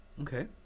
Okay